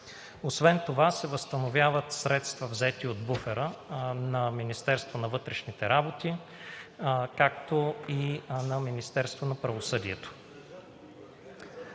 Освен това се възстановяват средства, взети от буфера на Министерството на вътрешните работи, както и на Министерството на правосъдието.